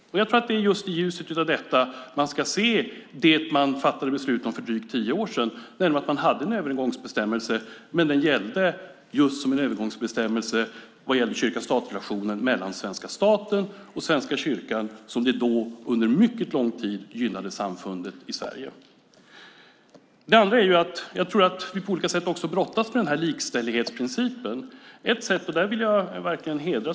Det är i ljuset av detta man ska se det man fattade beslut om för drygt tio år sedan, nämligen en övergångsbestämmelse som var just en övergångsbestämmelse vad gäller relationen mellan staten och Svenska kyrkan som det under mycket lång tid gynnade samfundet i Sverige. Det andra jag vill säga är att vi på olika sätt brottas med likställighetsprincipen.